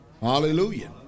Hallelujah